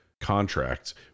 contracts